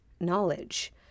knowledge